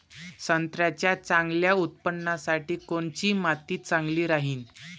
संत्र्याच्या चांगल्या उत्पन्नासाठी कोनची माती चांगली राहिनं?